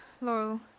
Laurel